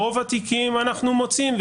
רוב התיקים אנחנו מוצאים.